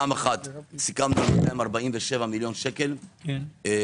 פעם אחת סיכמנו על 247 מיליון שקל לבסיס.